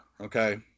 okay